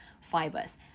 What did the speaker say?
fibers